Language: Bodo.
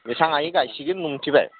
बेसेबां हायो गायसिगोन मिन्थिबाय